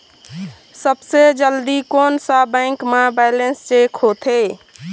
सबसे जल्दी कोन सा बैंक म बैलेंस चेक होथे?